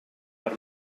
per